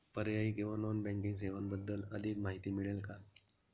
पर्यायी किंवा non banking सेवांबद्दल अधिक माहिती मिळेल का?